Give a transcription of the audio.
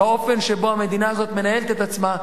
באופן שבו המדינה הזאת מנהלת את עצמה,